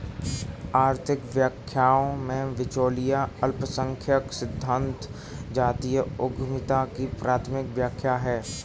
आर्थिक व्याख्याओं में, बिचौलिया अल्पसंख्यक सिद्धांत जातीय उद्यमिता की प्राथमिक व्याख्या है